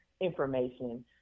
information